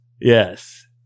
Yes